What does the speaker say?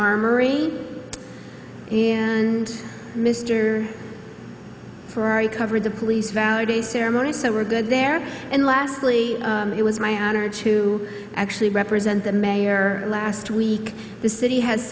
armory and mister ferrari covered the police valid a ceremony so we're good there and lastly it was my honor to actually represent the mayor last week the city has